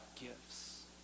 gifts